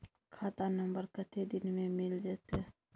खाता नंबर कत्ते दिन मे मिल जेतै?